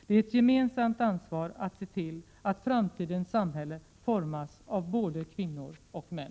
Det är ett gemensamt ansvar att se till att framtidens samhälle formas av både kvinnor och män!